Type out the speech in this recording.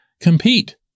compete